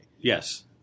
Yes